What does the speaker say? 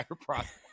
process